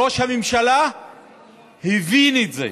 ראש הממשלה הבין את זה,